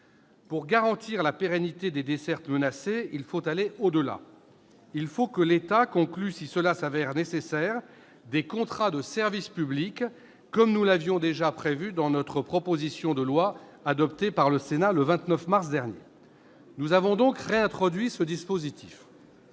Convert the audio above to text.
Pour garantir la pérennité des dessertes menacées, il faut aller au-delà. Il faut que l'État conclue, si cela s'avère nécessaire, des contrats de service public comme nous l'avions déjà prévu dans notre proposition de loi, adoptée par le Sénat le 29 mars dernier. Nous avons donc réintroduit ce dispositif.